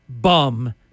bum